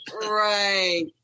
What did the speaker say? Right